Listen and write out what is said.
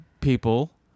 people